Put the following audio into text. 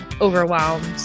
overwhelmed